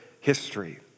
history